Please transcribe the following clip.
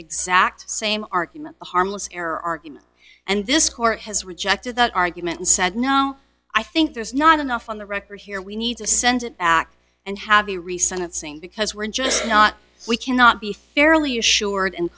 exact same argument a harmless error argument and this court has rejected that argument and said no i think there's not enough on the record here we need to send it back and have the recent sing because we're just not we cannot be fairly assured